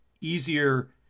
easier